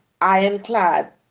ironclad